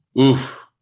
Oof